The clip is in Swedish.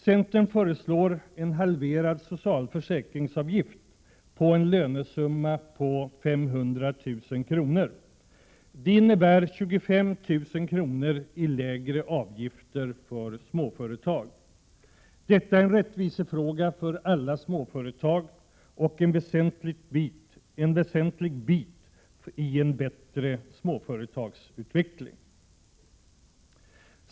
Centern föreslår en halverad socialförsäkringsavgift på en lönesumma på 500 000 kr. Det innebär 25 000 kr. i lägre avgifter för småföretag. Detta är en rättvisefråga för alla småföretag och en väsentlig bit i en bättre småföretagsutveckling.